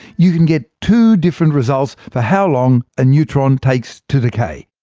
you can get two different results for how long a neutron takes to decay.